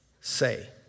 say